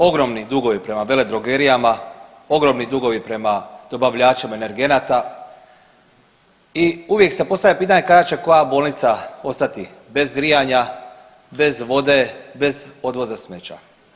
Ogromni dugovi prema veledrogerijama, ogromni dugovi prema dobavljačima energenata i uvijek se postavlja pitanje kada će koja bolnica ostati bez grijanja, bez vode, bez odvoza smeća.